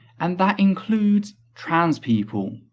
and that includes trans people.